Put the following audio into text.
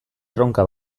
erronka